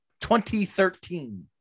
2013